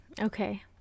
Okay